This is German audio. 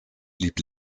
blieb